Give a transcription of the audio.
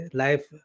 life